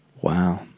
Wow